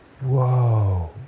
Whoa